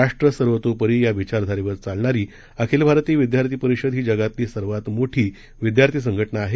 राष्ट्रसर्वतोपरी याविचारधारेवरचालणारी अखिलभारतीयविद्यार्थीपरिषदहीजगातलीसर्वातमोठीविद्यार्थीसंघटनाआहे